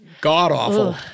god-awful